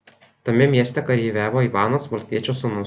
tame mieste kareiviavo ivanas valstiečio sūnus